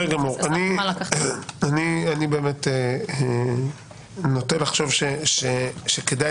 אני נוטה לחשוב שכדאי